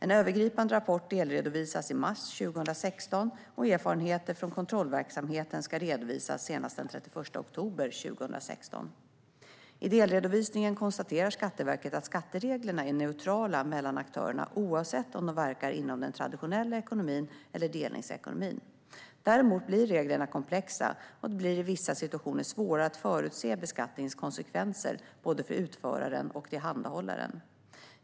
En övergripande rapport delredovisades i mars 2016, och erfarenheter från kontrollverksamheten ska redovisas senast den 31 oktober 2016. I delredovisningen konstaterar Skatteverket att skattereglerna är neutrala mellan aktörerna oavsett om de verkar inom den traditionella ekonomin eller delningsekonomin. Däremot blir reglerna komplexa, och det blir i vissa situationer svårare att förutse beskattningens konsekvenser för både utföraren och tillhandahållaren.